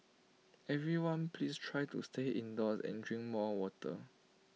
everyone please try to stay indoors and drink more water